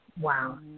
Wow